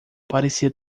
parecia